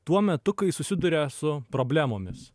tuo metu kai susiduria su problemomis